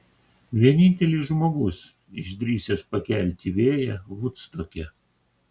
vienintelis žmogus išdrįsęs pakelti vėją vudstoke